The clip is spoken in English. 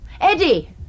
Eddie